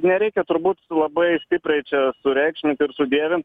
nereikia turbūt labai stipriai čia sureikšmint ir sudievin